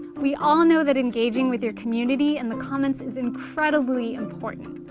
we all know that engaging with your community in the comments is incredibly important.